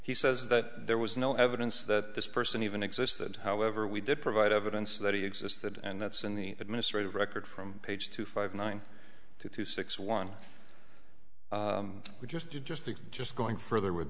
he says that there was no evidence that this person even existed however we did provide evidence that he existed and that's in the administrative record from page two five nine two two six one we just did just that just going further with